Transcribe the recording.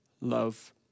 love